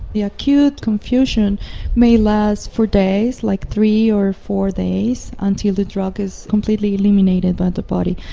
the acute confusion may last for days, like three or four days, until the drug is completely eliminated by the body.